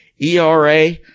ERA